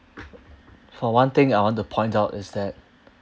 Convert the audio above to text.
for one thing I want to point out is that